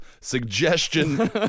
suggestion